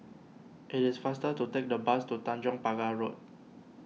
it is faster to take the bus to Tanjong Pagar Road